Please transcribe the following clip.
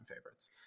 favorites